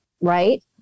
right